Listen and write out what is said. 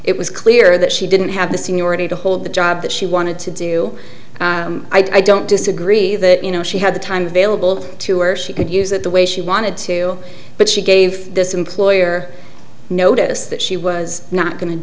it was clear that she didn't have the seniority to hold the job that she wanted to do i don't disagree that you know she had the time available to or she could use it the way she wanted to but she gave this employer notice that she was not going to